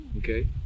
okay